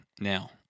Now